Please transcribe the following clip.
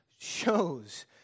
shows